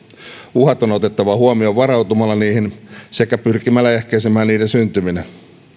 uhat on otettava huomioon varautumalla niihin sekä pyrkimällä ehkäisemään niiden syntyminen